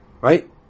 Right